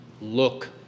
look